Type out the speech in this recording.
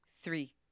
Three